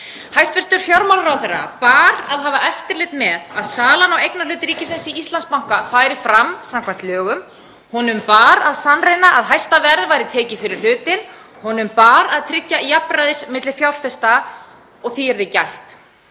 Hæstv. fjármálaráðherra bar að hafa eftirlit með því að salan á eignarhlut ríkisins í Íslandsbanka færi fram samkvæmt lögum. Honum bar að sannreyna að hæsta verð væri tekið fyrir hlutinn. Honum bar að tryggja jafnræði milli fjárfesta og að þess yrði gætt.